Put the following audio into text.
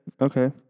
okay